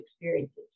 experiences